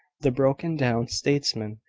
the broken-down statesman,